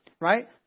right